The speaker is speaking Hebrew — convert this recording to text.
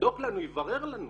שיבדוק לנו, יברר לנו.